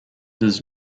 does